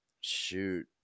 shoot